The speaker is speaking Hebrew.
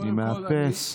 אני מאפס.